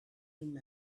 urim